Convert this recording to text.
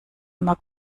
immer